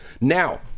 now